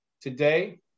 today